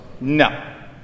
no